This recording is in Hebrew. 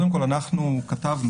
אנחנו כתבנו